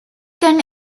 can